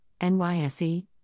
NYSE